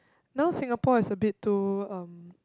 now Singapore is a bit too um